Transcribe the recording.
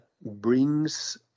brings